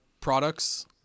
products